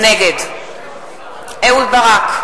נגד אהוד ברק,